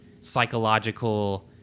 psychological